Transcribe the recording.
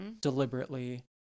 deliberately